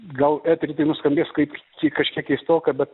gal etery tai nuskambės kaip kažkiek keistoka bet